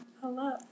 Hello